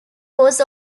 was